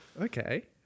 Okay